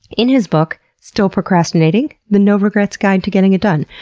in his book, still procrastinating? the no regrets guide to getting it done,